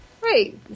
Great